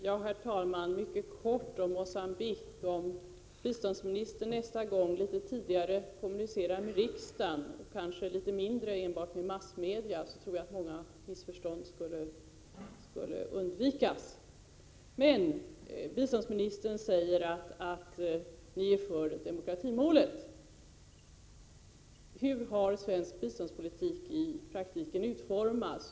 Herr talman! Mycket kort om Mogambique. Om biståndsministern nästa gånglitet tidigare kommunicerar med riksdagen och om hon kanske ägnar sig litet mindre åt att enbart kommunicera med massmedia, tror jag att många missförstånd skulle kunna undvikas. Biståndsministern säger att socialdemokraterna är för demokratimålet. Men hur har svensk biståndspolitik i praktiken utformats?